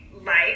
life